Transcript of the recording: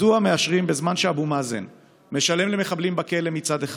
מדוע, בזמן שאבו מאזן משלם למחבלים בכלא מצד אחד,